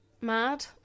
mad